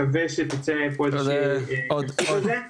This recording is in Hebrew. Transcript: שווה שתצא פה איזו שהיא התייחסות לנושא הזה.